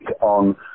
on